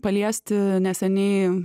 paliesti neseniai